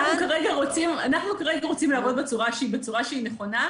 ב-2018 כמדומני,